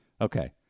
Okay